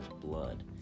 blood